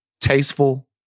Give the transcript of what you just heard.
Tasteful